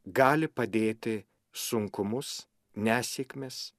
gali padėti sunkumus nesėkmes